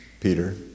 Peter